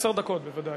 התשע"ב 2012, נתקבלה.